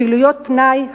פעילויות פנאי,